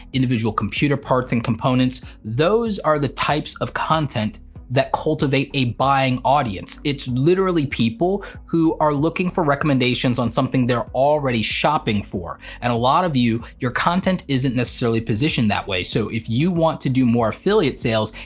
individual computer parts and components, those are the types of content that cultivate a buying audience, it's literally people who are looking for recommendations on something they're already shopping for, and a lot of you, your content isn't necessarily positioned that way. so if you want to do more affiliate sales,